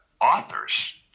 authors